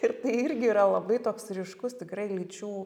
ir tai irgi yra labai toks ryškus tikrai lyčių